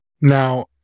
Now